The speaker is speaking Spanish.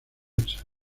viceversa